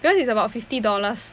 because it's about fifty dollars